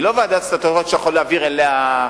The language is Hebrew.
היא לא ועדה סטטוטורית שאתה יכול להעביר אליה,